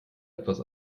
etwas